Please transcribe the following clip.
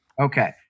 Okay